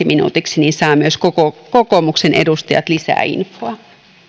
minuutiksi niin että saavat myös kokoomuksen edustajat lisää infoa